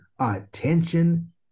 attention